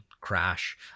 crash